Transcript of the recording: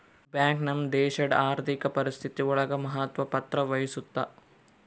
bank ನಮ್ ದೇಶಡ್ ಆರ್ಥಿಕ ಪರಿಸ್ಥಿತಿ ಒಳಗ ಮಹತ್ವ ಪತ್ರ ವಹಿಸುತ್ತಾ